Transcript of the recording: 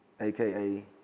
AKA